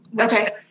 Okay